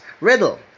riddle